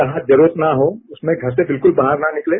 जहां जरूरत न हो उस समय घर से बिल्कुल बाहर न निकलें